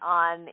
on